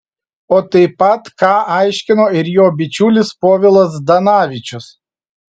o taip pat ką aiškino ir jo bičiulis povilas zdanavičius